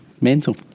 Mental